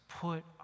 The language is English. put